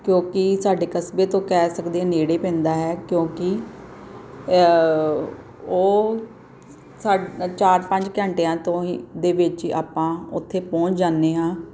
ਕਿਉਂਕਿ ਸਾਡੇ ਕਸਬੇ ਤੋਂ ਕਹਿ ਸਕਦੇ ਆ ਨੇੜੇ ਪੈਂਦਾ ਹੈ ਕਿਉਂਕਿ ਉਹ ਸਾ ਚਾਰ ਪੰਜ ਘੰਟਿਆਂ ਤੋਂ ਹੀ ਦੇ ਵਿੱਚ ਆਪਾਂ ਉੱਥੇ ਪਹੁੰਚ ਜਾਦੇ ਹਾਂ